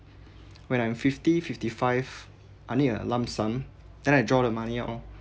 when I'm fifty fifty five I need a lump sum then I draw the money out oh